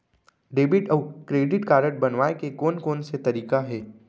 Debit अऊ credit card बनवाए के कोन कोन से तरीका हे?